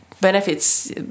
benefits